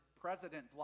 president